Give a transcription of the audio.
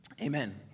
Amen